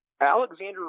Alexander